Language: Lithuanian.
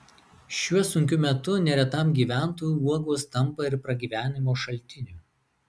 šiuo sunkiu metu neretam gyventojui uogos tampa ir pragyvenimo šaltiniu